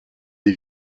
des